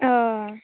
होय